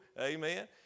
Amen